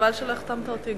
חבל שלא החתמת גם אותי.